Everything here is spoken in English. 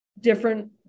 different